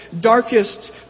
darkest